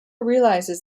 realizes